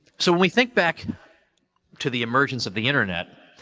so, when we think back to the emergence of the internet,